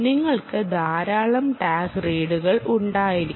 നിങ്ങൾക്ക് ധാരാളം ടാഗ് റീഡുകൾ ഉണ്ടായിരിക്കണം